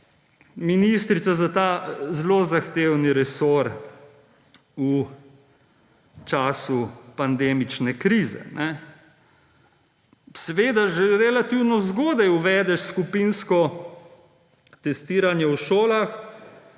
ministrica za ta zelo zahtevni resor v času pandemične krize. Seveda že relativno zgodaj uvedeš skupinsko testiranje v šolah,